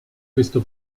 questo